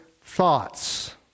thoughts